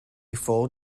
full